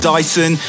Dyson